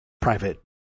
private